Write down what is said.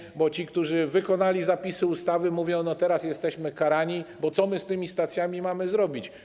Chodzi o to, że ci, którzy wykonali zapisy ustawy, mówią: teraz jesteśmy karani, bo co my z tymi stacjami mamy zrobić.